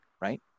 right